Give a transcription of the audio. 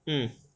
mm